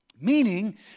Meaning